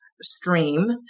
stream